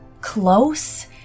close